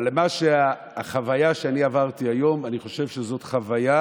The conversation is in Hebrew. אבל החוויה שאני עברתי היום, אני חושב שזו חוויה